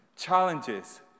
challenges